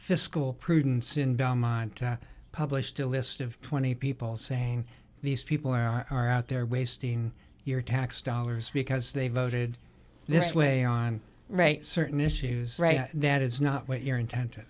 fiscal prudence in belmont published a list of twenty people saying these people are out there wasting your tax dollars because they voted this way on right certain issues that is not what your intent